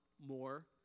more